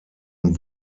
und